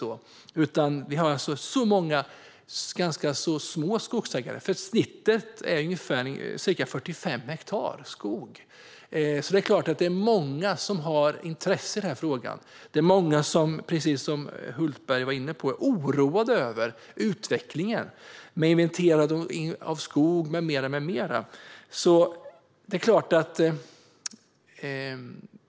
Det finns många ganska små skogsägare. Snittet är ca 45 hektar skog. Många har alltså ett intresse i denna fråga, och många är också oroade över utvecklingen med till exempel inventering av skog.